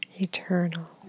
eternal